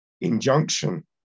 injunction